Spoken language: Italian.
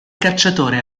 cacciatore